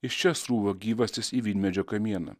iš čia srūva gyvastis į vynmedžio kamieną